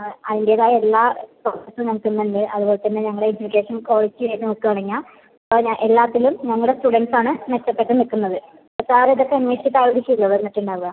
ആ അയിൻ്റെതായ എല്ലാ കോഴ്സും നമക്ക് ഇന്ന് ഉണ്ട് അതുപോലത്തന്നെ ഞങ്ങള് ലേശം ക്വാളിറ്റി ആയിട്ട് നിൽക്കുവാണെങ്കിൽ പിന്ന എല്ലാത്തിലും നമ്മള് സ്റ്റുഡൻറ്റ്സ് ആണ് മെച്ചപ്പെട്ട് നിൽക്കുന്നത് സാർ ഇത് ഒക്കെ അന്വേഷിച്ചിട്ട് ആയിരിക്കില്ലെ വന്നിട്ട് ഉണ്ടാവുക